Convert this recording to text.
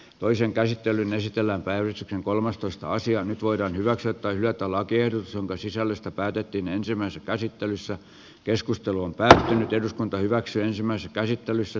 toisen käsittelyn esitellä vääryys on kolmastoista sija nyt voidaan hyväksyä tai hylätä lakiehdotus jonka sisällöstä päätettiin ensimmäisessä käsittelyssä keskusteluun pääsee nyt eduskunta hyväksyi ensimmäisen käsittelyssä